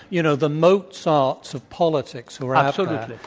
you know, the mozarts of politics who are out so